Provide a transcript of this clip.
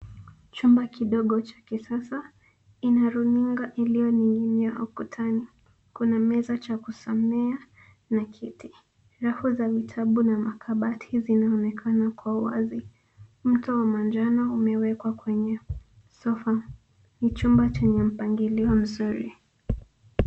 Chumba kidogo cha kisasa. Ina runinga iliyoning'inia ukutani. Kuna meza cha kusomea na kiti. Rafu za vitabu na makabati zinaonekana kwa wazi. Mto wa manjano umewekwa kwenye sofa. Ni chumba chenye mpangilio mzuri.